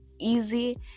easy